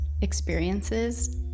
experiences